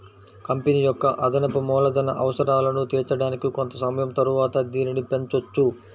company యొక్క అదనపు మూలధన అవసరాలను తీర్చడానికి కొంత సమయం తరువాత దీనిని పెంచొచ్చు